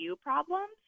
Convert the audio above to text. problems